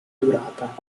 durata